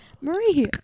Marie